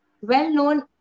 Well-known